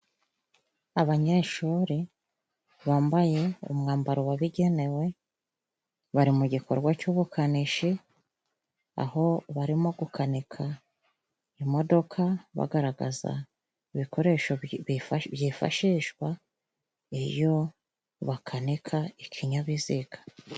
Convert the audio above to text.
Abanyeshuri bambaye umwambaro wabigenewe, bari mu gikorwa cy'ubukanishi aho barimo gukanika imodoka, bagaragaza ibikoresho byifashishwa iyo bakanika ikinyabiziga.